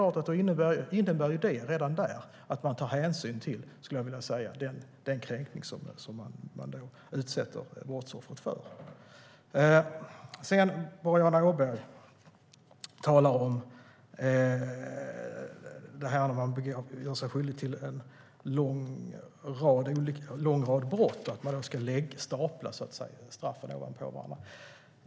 Redan detta innebär att man tar hänsyn till den kränkning som brottsoffret utsätts för, skulle jag vilja säga. Boriana Åberg talar om detta med att man gör sig skyldig till en lång rad brott och att straffen då staplas ovanpå varandra.